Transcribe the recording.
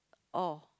oh